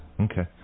Okay